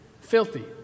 Filthy